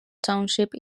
township